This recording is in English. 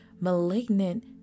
malignant